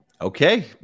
Okay